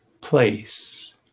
place